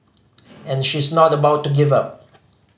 and she's not about to give up